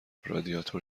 رادیاتور